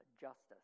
justice